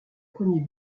premier